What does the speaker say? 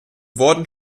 wurden